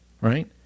Right